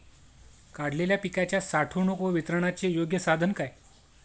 काढलेल्या पिकाच्या साठवणूक व वितरणाचे योग्य साधन काय?